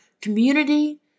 community